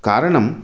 कारणं